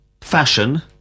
fashion